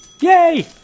Yay